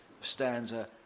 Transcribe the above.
stanza